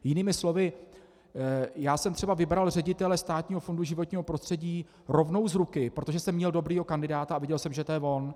Jinými slovy, já jsem třeba vybral ředitele Státního fondu životního prostředí rovnou z ruky, protože jsem měl dobrého kandidáta a viděl jsem, že to je on.